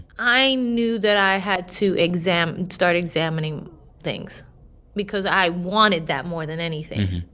i knew that i had to exam start examining things because i wanted that more than anything.